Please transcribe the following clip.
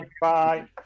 Bye